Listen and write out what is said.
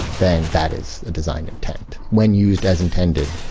then that is a designed intent. when used as intended,